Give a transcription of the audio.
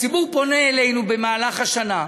הציבור פונה אלינו במהלך השנה,